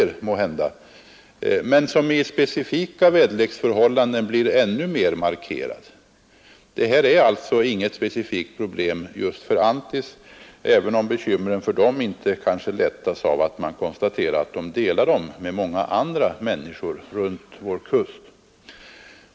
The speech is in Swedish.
Vid vissa väderleksförhållanden blir isoleringen än mer markerad. Det här är alltså inget specifikt problem just för Anttis, även om bekymren för befolkningen där kanske inte lättas av att man konstaterar att de delar den med många andra människor runt vår kust.